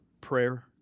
prayer